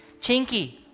Chinky